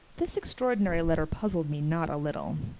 this extraordinary letter puzzled me not a little.